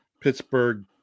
Pittsburgh